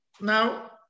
Now